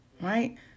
Right